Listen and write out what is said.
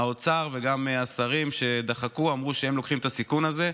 האוצר וגם השרים שדחקו אמרו שהם לוקחים את הסיכון הזה,